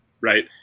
Right